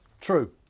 True